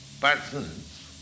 persons